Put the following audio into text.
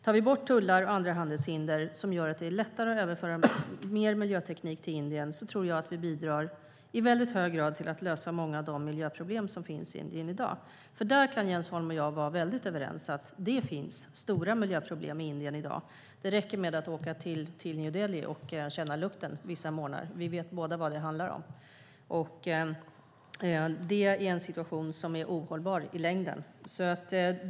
Tar vi bort tullar och andra handelshinder som gör att det blir lättare att överföra mer miljöteknik till Indien tror jag att vi i hög grad bidrar till att lösa många av de miljöproblem som finns i Indien i dag - och Jens Holm och jag är helt överens om att det finns stora miljöproblem i Indien i dag. Det räcker att åka till New Dehli och känna lukten vissa morgnar. Vi vet båda vad det handlar om. Det är en situation som är ohållbar i längden.